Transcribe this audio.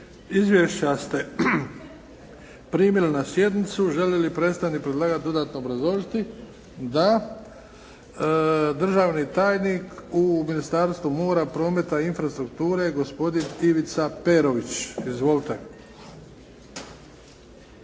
Izvješća ste primili na sjednicu. Želi li predstavnik predlagatelja dodatno obrazložiti? Da. Državni tajnik u Ministarstvu mora, prometa i infrastrukture gospodin Ivica Perović. Izvolite.